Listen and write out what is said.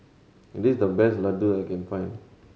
this the best Ladoo I can find